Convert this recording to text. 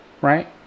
right